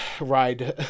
ride